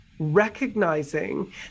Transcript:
recognizing